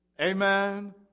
amen